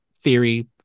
theory